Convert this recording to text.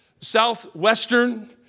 Southwestern